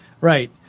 Right